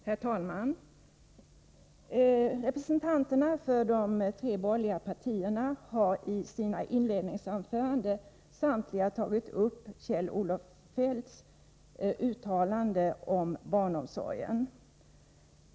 Herr talman! Representanterna för de tre borgerliga partierna har i sina inledningsanföranden samtliga tagit upp Kjell-Olof Feldts uttalande om barnomsorgen.